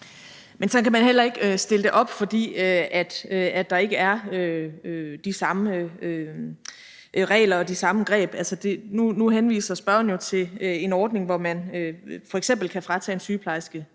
Men sådan kan man heller ikke stille det op, for der er ikke de samme regler og de samme greb. Nu henviser spørgeren jo til en ordning, hvor man f.eks. kan fratage en sygeplejerske